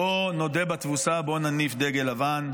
בואו נודה בתבוסה, בואו נניף דגל לבן.